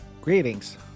Greetings